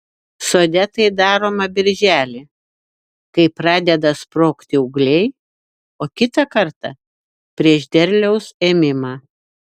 sode tai daroma birželį kai pradeda sprogti ūgliai o kitą kartą prieš derliaus ėmimą